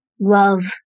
love